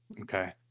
Okay